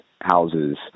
houses